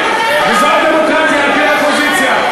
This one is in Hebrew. וזו הדמוקרטיה על-פי האופוזיציה.